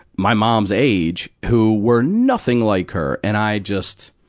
my mom's age, who were nothing like her. and i just,